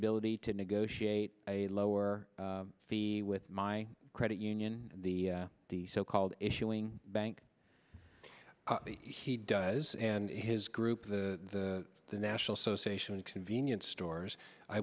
ability to negotiate a lower fee with my credit union the the so called issuing bank he does and his group the the national so sation convenience stores i